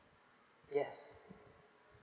yes